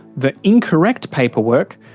the incorrect paperwork,